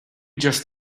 just